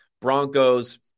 Broncos